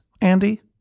Andy